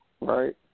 right